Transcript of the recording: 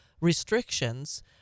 restrictions